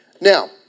Now